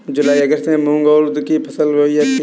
जूलाई अगस्त में मूंग और उर्द की फसल बोई जाती है